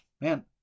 Man